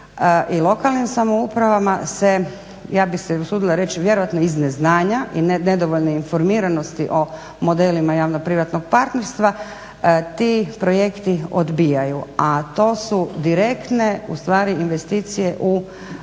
i lokalnim samoupravama se, ja bi se usudila reći, vjerojatno iz neznanja i nedovoljne informiranost o modelima javno-privatno partnerstvo, ti projekti odbijaju. A to su direktne, ustvari investicije u